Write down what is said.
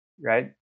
right